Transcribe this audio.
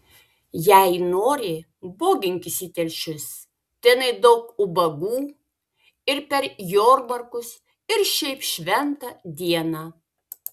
jei nori boginkis į telšius tenai daug ubagų ir per jomarkus ir šiaip šventą dieną